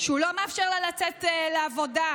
כשהוא לא מאפשר לה לצאת לעבודה,